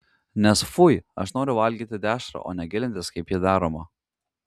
nes fui aš noriu valgyti dešrą o ne gilintis kaip ji daroma